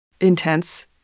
intense